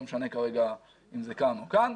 לא משנה כרגע אם זה כאן או כאן,